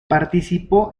participó